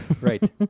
Right